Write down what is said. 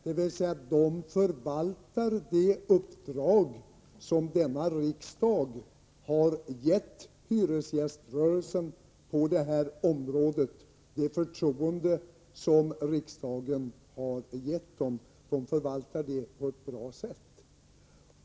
De förvaltar det uppdrag — det förtroende — som denna riksdag har gett hyresgäströrelsen inom det här området på ett bra sätt.